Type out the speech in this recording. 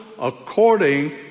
according